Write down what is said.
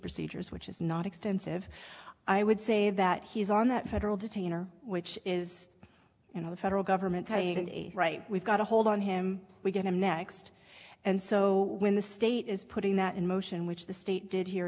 procedures which is not extensive i would say that he's on that federal detainer which is in the federal government right we've got a hold on him we get him next and so when the state is putting that in motion which the state did he